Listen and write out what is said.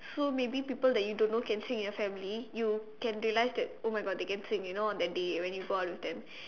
so maybe people that you don't know can sing in your family you can realize that oh my God they can sing you know on that day when you go out with them